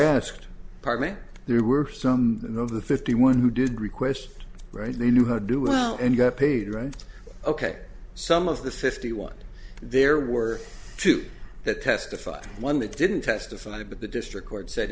asked apartment there were some of the fifty one who did request right they knew how to do well and got paid right ok some of the fifty one there were two that testified one that didn't testify but the district court said